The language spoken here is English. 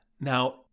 Now